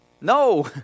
No